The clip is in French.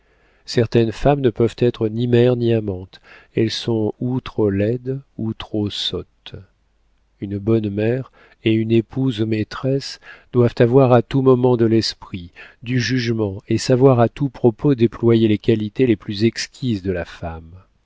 certaines femmes ne peuvent être ni mères ni amantes elles sont ou trop laides ou trop sottes une bonne mère et une épouse maîtresse doivent avoir à tout moment de l'esprit du jugement et savoir à tout propos déployer les qualités les plus exquises de la femme